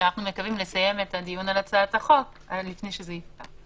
אנחנו מקווים לסיים את הדיון על הצעת החוק לפני שזה יפקע.